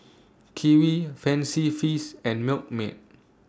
Kiwi Fancy Feast and Milkmaid